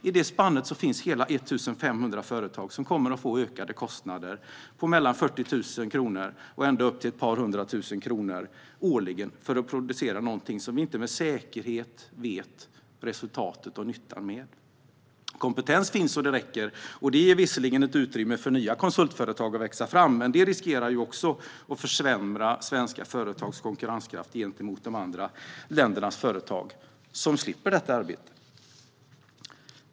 I det spannet finns hela 1 500 företag som kommer att få ökade kostnader på från 40 000 kronor och ända upp till ett par hundratusen kronor årligen för att producera något som vi inte med säkerhet vet resultatet av och nyttan med. Kompetens finns så det räcker, och det ger visserligen ett utrymme för nya konsultföretag att växa fram. Men det riskerar också att försämra svenska företags konkurrenskraft gentemot de andra ländernas företag, som slipper detta arbete.